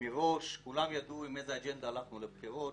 מראש כולם ידעו עם איזו אג'נדה הלכנו לבחירות.